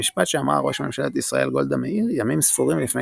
במשפט שאמרה ראש ממשלת ישראל גולדה מאיר ימים ספורים לפני